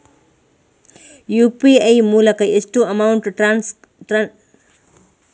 UPI ಮೂಲಕ ಎಷ್ಟು amount transaction ಮಾಡಬಹುದು?